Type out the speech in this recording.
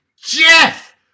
Jeff